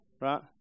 Right